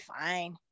fine